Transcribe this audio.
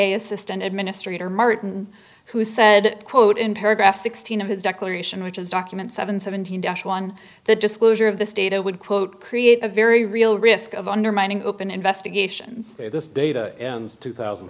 a assistant administrator martin who said quote in paragraph sixteen of his declaration which is document seven seventeen dash one the disclosure of this data would quote create a very real risk of undermining open investigations this data in two thousand